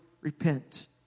repent